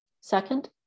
Second